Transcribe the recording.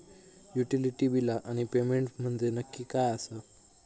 Utility बिला आणि payment म्हंजे नक्की काय आसा?